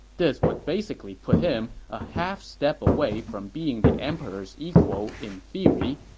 this would basically put him a half step away from being the emperor's equal in theory,